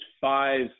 five